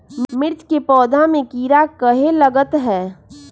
मिर्च के पौधा में किरा कहे लगतहै?